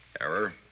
error